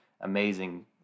amazing